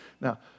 Now